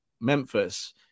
Memphis